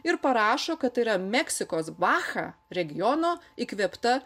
ir parašo kad tai yra meksikos bacha regiono įkvėpta